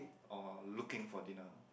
or looking for dinner